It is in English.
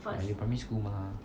but you primary school mah